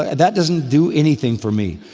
that doesn't do anything for me.